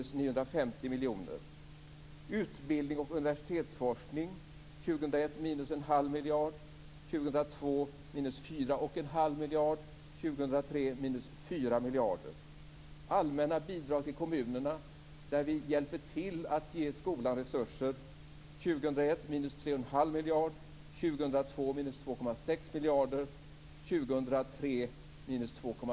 Studiestöd: år 2002 minus 4 1⁄2 miljard och år 2003 minus 4 miljarder. Allmänna bidrag till kommunerna - där vi hjälper till att ge skolan resurser: år 2001 minus 3 1⁄2 minus 2,6 miljarder.